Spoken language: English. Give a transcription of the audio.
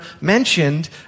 mentioned